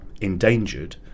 endangered